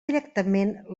directament